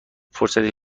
فرصتی